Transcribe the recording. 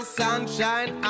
sunshine